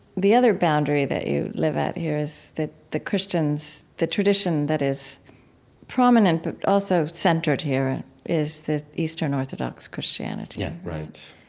the other boundary that you live at here is that the christians the tradition that is prominent but also centered here and is the eastern orthodox christianity yeah, right,